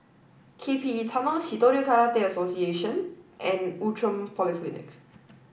K P E Tunnel Shitoryu Karate Association and Outram Polyclinic